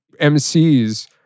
MCs